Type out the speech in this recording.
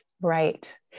right